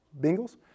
Bengals